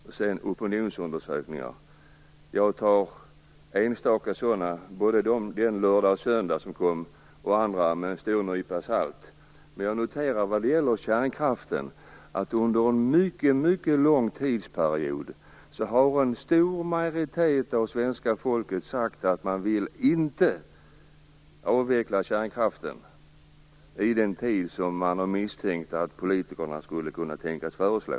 Jag tar enstaka opinionsundersökningar, både den som kom i lördags eller söndags och andra, med en stor nypa salt. Men jag noterar vad det gäller kärnkraften att en stor majoritet av svenska folket under en mycket långtidsperiod har sagt att man inte vill avveckla kärnkraften på den tid som man har misstänkt att politikerna skulle kunna tänkas föreslå.